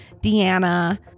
Deanna